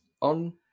on